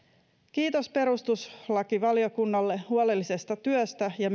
kiitos perustuslakivaliokunnalle huolellisesta työstä ja